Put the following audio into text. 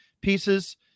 pieces